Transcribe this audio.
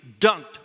dunked